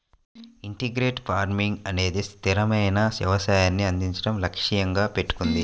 integrated farming అనేది స్థిరమైన వ్యవసాయాన్ని అందించడం లక్ష్యంగా పెట్టుకుంది